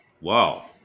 Wow